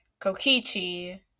Kokichi